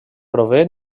prové